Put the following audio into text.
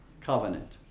covenant